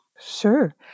Sure